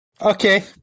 Okay